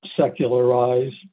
secularized